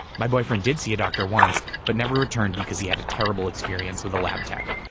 my boyfriend did see a doctor once, but never returned because he had a terrible experience with a lab tech.